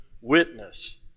witness